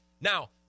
Now